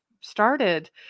started